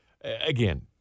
Again